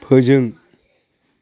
फोजों